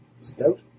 stout